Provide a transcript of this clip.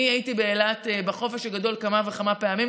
אני הייתי באילת בחופש הגדול כמה וכמה פעמים,